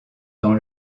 dans